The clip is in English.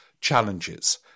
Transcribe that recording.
challenges